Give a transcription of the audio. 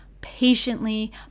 patiently